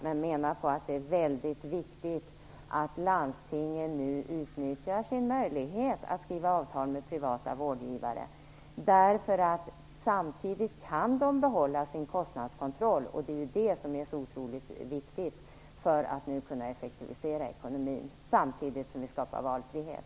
Men vi menar att det är mycket viktigt att landstingen nu utnyttjar sin möjlighet att skriva avtal med privata vårdgivare. De kan då samtidigt behålla sin kostnadskontroll, vilket är så otroligt viktigt för att vi nu skall kunna effektivisera ekonomin samtidigt som vi skapar valfrihet.